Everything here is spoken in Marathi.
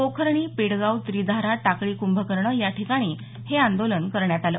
पोखर्णी पेडगाव त्रिधारा टाकळी कुंभकर्ण याठिकाणी हे आंदोलन करण्यात आल